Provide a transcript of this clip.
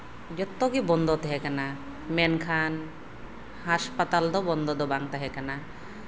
ᱡᱯᱚᱛᱚᱜᱮ ᱵᱚᱱᱫᱚ ᱛᱟᱦᱮᱸ ᱠᱟᱱᱟ ᱢᱮᱱᱠᱷᱟᱱ ᱦᱟᱥᱯᱟᱛᱟᱞ ᱫᱚ ᱵᱚᱱᱫᱚ ᱫᱚ ᱵᱟᱝ ᱛᱟᱦᱮᱸ ᱠᱟᱱᱟ